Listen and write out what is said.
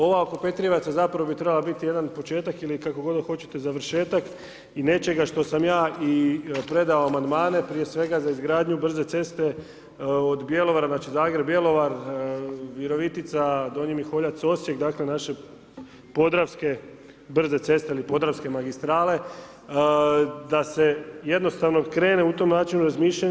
Ova oko Petrijevaca zapravo bi trebala biti jedan početak, ili kako god hoćete, završetak i nečega što sam ja i predao Amandmane, prije svega, za izgradnju brze ceste, od Bjelovara, znači, Zagreb-Bjelovar, Virovitica-Donji Miholjac-Osijek, dakle, naše podravske brze ceste ili podravske magistrale, da se jednostavno krene u tom načinu razmišljanja.